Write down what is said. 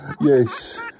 yes